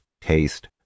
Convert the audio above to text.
taste